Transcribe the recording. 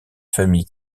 famille